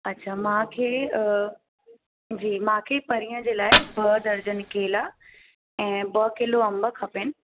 अच्छा मांखे जी मांखे परींहं जे लाइ ॿ दर्जन केला ऐं ॿ किलो अंब खपेनि